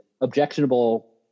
objectionable